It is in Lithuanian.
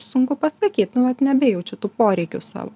sunku pasakyt nu vat nebejaučiu tų poreikių savo